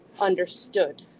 understood